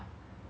um